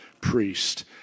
priest